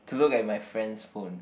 to look at my friend's phone